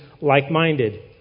like-minded